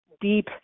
deep